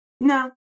No